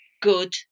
good